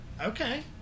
Okay